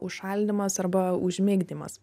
užšaldymas arba užmigdymas